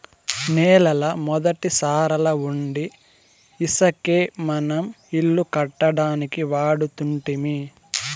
నేలల మొదటి సారాలవుండీ ఇసకే మనం ఇల్లు కట్టడానికి వాడుతుంటిమి